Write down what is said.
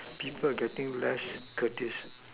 people getting less courtesy